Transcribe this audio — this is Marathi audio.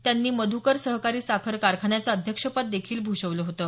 त्यांनी मध्कर सहकारी साखर कारखान्याचं अध्यक्षपद देखील भूषवलं होतं